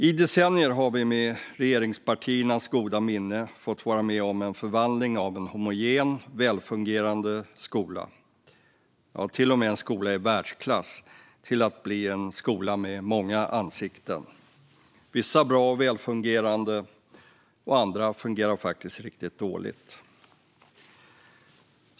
I decennier har vi med regeringspartiernas goda minne fått vara med om en förvandling av en homogen och välfungerande skola - till och med en skola i världsklass - till en skola med många ansikten. Vissa skolor är bra och välfungerande, och andra fungerar faktiskt riktigt dåligt.